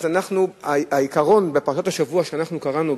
העיקרון שאנחנו קראנו,